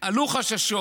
עלו חששות: